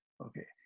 Okay